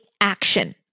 action